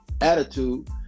attitude